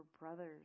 brothers